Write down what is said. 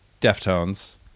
Deftones